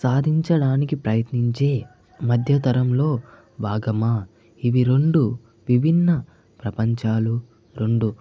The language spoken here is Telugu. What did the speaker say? సాధించడానికి ప్రయత్నించే మధ్యతరంలో భాగమా ఇవి రెండు విభిన్న ప్రపంచాలు రెండు